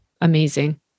Amazing